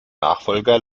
nachfolger